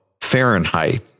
Fahrenheit